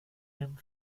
dem